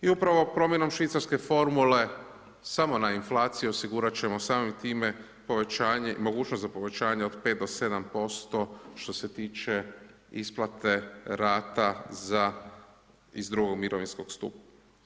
I upravo promjenom švicarske formule samo na inflacije osigurati ćemo samim time povećanje, mogućnost za povećanje od 5-7% što se tiče isplate rata za, iz drugog mirovinskog stupa.